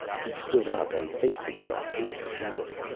he stood up and faced himself toward the door.